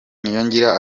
niyongira